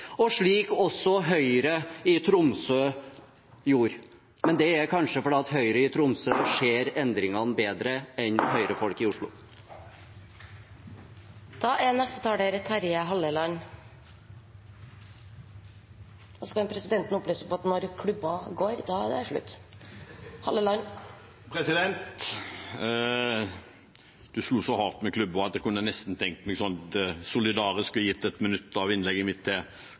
og slik Høyre i Tromsø gjorde. Men det er kanskje fordi Høyre i Tromsø ser endringene bedre enn Høyre-folk i Oslo. Presidenten vil opplyse om at taletiden er over når presidenten klubber. Presidenten slo så hardt med klubba at jeg nesten kunne tenkt meg å solidarisk gi et minutt av innlegget mitt til